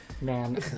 Man